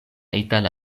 itala